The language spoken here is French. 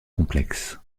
complexe